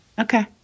Okay